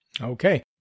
Okay